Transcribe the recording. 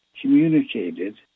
communicated